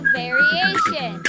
variation